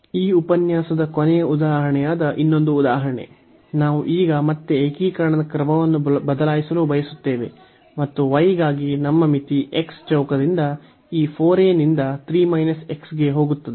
ಈ ಉಪನ್ಯಾಸದ ಕೊನೆಯ ಉದಾಹರಣೆಯಾದ ಇನ್ನೊಂದು ಉದಾಹರಣೆ ನಾವು ಈಗ ಮತ್ತೆ ಏಕೀಕರಣದ ಕ್ರಮವನ್ನು ಬದಲಾಯಿಸಲು ಬಯಸುತ್ತೇವೆ ಮತ್ತು y ಗಾಗಿ ನಮ್ಮ ಮಿತಿ x ಚೌಕದಿಂದ ಈ 4 a ನಿಂದ 3 x ಗೆ ಹೋಗುತ್ತದೆ